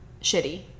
shitty